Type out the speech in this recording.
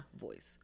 voice